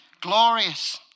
glorious